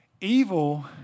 Evil